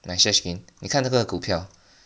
my share screen 你看这个股票